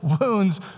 wounds